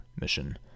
mission